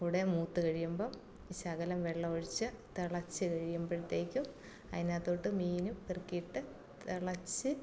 കൂടെ മൂത്ത് കഴിയുമ്പോൾ ശകലം വെള്ളം ഒഴിച്ച് തിളച്ചു കഴിയുമ്പോഴത്തേക്കും അതിനകത്തോട്ട് മീനും പെറുക്കിയിട്ട് തിളച്ച്